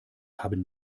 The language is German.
haben